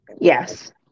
Yes